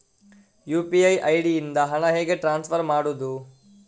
UPI ID ಇಂದ ಹಣ ಹೇಗೆ ಟ್ರಾನ್ಸ್ಫರ್ ಮಾಡುದು?